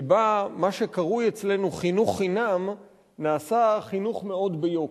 שבה מה שקרוי אצלנו חינוך חינם נעשה חינוך מאוד ביוקר.